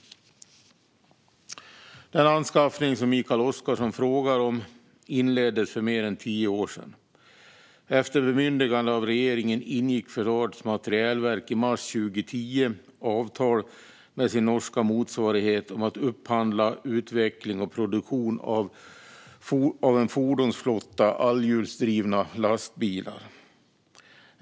Den anskaffning som Mikael Oscarsson frågar om inleddes för mer än tio år sedan. Efter bemyndigande av regeringen ingick Försvarets materielverk i mars 2010 avtal med sin norska motsvarighet om att upphandla utveckling och produktion av en fordonsflotta allhjulsdrivna lastbilar.